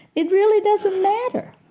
it really doesn't matter